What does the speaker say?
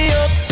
up